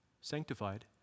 sanctified